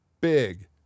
Big